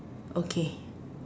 okay